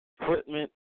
equipment